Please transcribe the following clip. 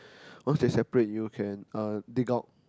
once they separate you can uh dig out